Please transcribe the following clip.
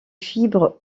fibre